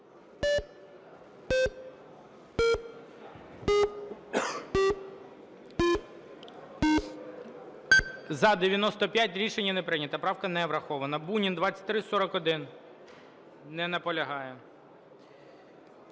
За-95 Рішення не прийнято. Правка не врахована. Бунін, 2341. Не наполягає.